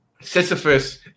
Sisyphus